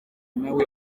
nawe